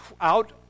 out